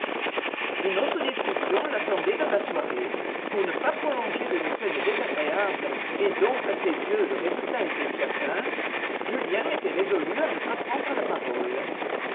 une autre discussion l'attendait dans la soirée pour ne pas prolonger une scène désagréable et dont à ses yeux le résultat était certain julien était résolu à ne pas prendre la parole